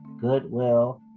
goodwill